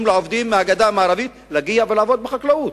לעובדים מהגדה המערבית להגיע ולעבוד בחקלאות,